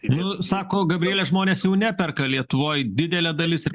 nu sako gabrielė žmonės jau neperka lietuvoj didelė dalis ir